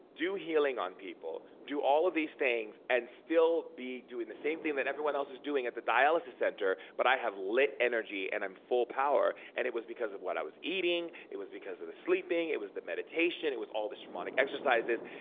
do healing on people, do all of these things, and still be doing the same thing that everyone else was doing at the dialysis center. but i have lit energy and am full power and it was because of what i was eating. it was because of the sleeping. it was the meditation. it was all the shamanic exercises.